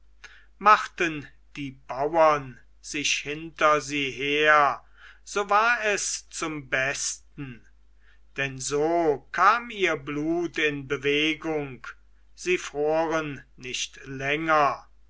machten die bauern sich hinter sie her so war es zum besten denn so kam ihr blut in bewegung sie froren nicht länger